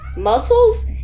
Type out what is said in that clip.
Muscles